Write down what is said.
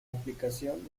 aplicación